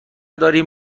داریم